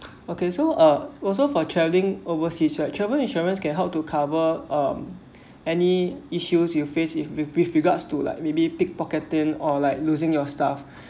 okay so uh also for travelling overseas right travel insurance can help to cover um any issues you face if with regards to like maybe pick pocketing or like losing your stuff